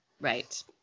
Right